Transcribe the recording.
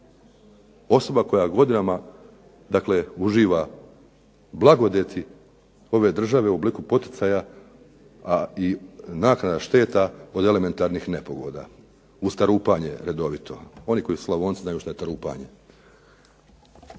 Osoba koja godinama dakle uživa blagodati ove države u obliku poticaja a i naknada šteta od elementarnih nepogoda uz tarupanje redovito. Oni koji su Slavonci znaju šta je tarupanje.